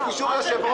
עצוב שזה מגיע לרמה